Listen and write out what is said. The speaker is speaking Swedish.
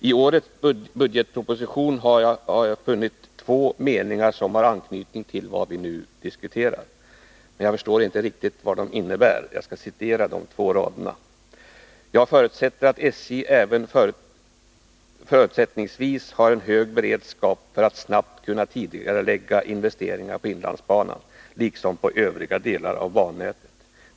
I årets budgetproposition har jag funnit två meningar som har anknytning till det vi nu diskuterar, men jag förstår inte riktigt vad de innebär. Jag skall citera de två raderna: ”Jag förutsätter att SJ även fortsättningsvis har en hög beredskap för att snabbt kunna tidigarelägga investeringar på inlandsbanan liksom på övriga delar av bannätet.